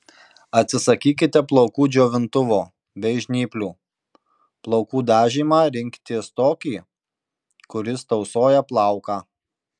atsisakykite plaukų džiovintuvo bei žnyplių plaukų dažymą rinkitės tokį kuris tausoja plauką